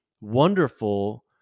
wonderful